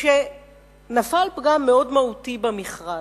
נפל פגם מאוד מהותי במכרז.